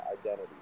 identity